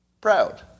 Proud